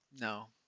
No